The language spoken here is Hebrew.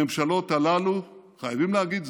הממשלות הללו, חייבים להגיד זאת,